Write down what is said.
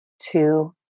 two